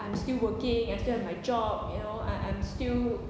I'm still working I still have my job you know I I'm still